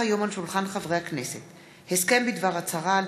עוד הונח היום על שולחן הכנסת הסכם בדבר הצהרה על